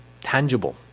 tangible